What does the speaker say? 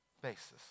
basis